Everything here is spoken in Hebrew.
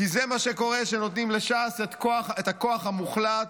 כי זה מה שקורה כשנותנים לש"ס את הכוח המוחלט.